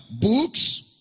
Books